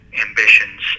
ambitions